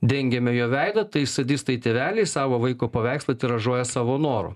dengiame jo veidą tai sadistai tėveliai savo vaiko paveikslą tiražuoja savo noru